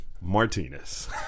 Martinez